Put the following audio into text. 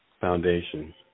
Foundation